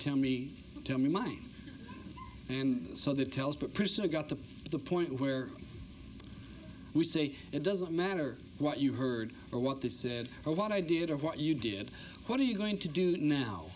tell me tell me mine and so that tells but priscilla got to the point where we say it doesn't matter what you heard or what they said or what i did or what you did what are you going to do now